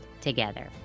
together